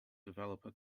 developer